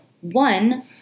one